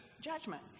judgment